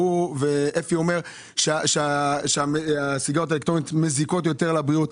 וגם אפי אומר שהסיגריות האלקטרוניות מזיקות יותר לבריאות.